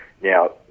Now